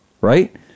Right